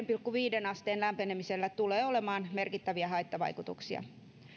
pilkku viiteen asteen lämpenemisellä tulee olemaan merkittäviä haittavaikutuksia